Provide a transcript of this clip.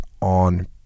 on